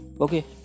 okay